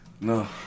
No